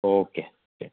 okay okay